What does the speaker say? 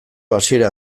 hasiera